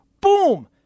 boom